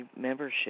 membership